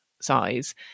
size